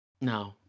No